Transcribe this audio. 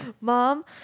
mom